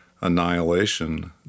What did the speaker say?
annihilation